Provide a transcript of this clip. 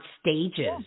stages